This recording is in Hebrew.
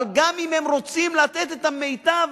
אבל גם אם הם רוצים לתת את המיטב,